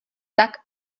tak